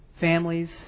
families